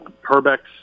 Herbeck's